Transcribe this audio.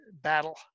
battle